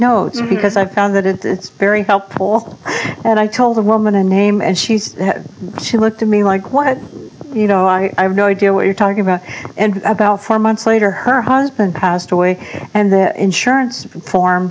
notes because i've found that it's very helpful and i told the woman a name and she she looked at me like what you know i have no idea what you're talking about and about four months later her husband passed away and the insurance